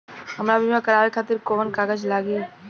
हमरा बीमा करावे खातिर कोवन कागज लागी?